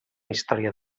història